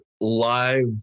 live